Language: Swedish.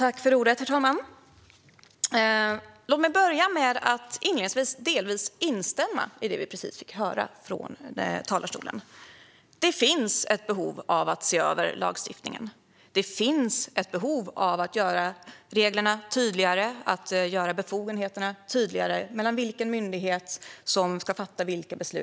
Herr talman! Låt mig börja med att delvis instämma i det vi precis fick höra från talarstolen. Det finns ett behov av att se över lagstiftningen. Det finns ett behov av att göra reglerna tydligare och av att göra befogenheterna tydligare när det gäller vilken myndighet som ska fatta vilka beslut.